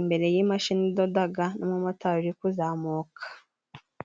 imbere y'imashini idodaga n'umumotari uri kuzamuka.